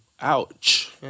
ouch